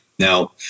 Now